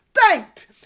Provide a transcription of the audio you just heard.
thanked